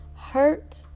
hurt